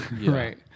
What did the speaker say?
Right